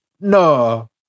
no